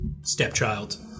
stepchild